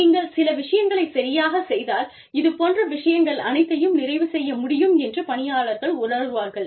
நீங்கள் சில விஷயங்களைச் சரியாகச் செய்தால் இதுபோன்ற விஷயங்கள் அனைத்தையும் நிறைவு செய்ய முடியும் என்று பணியாளர்கள் உணருவார்கள்